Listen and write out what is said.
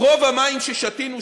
רוב המים ששתינו,